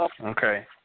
okay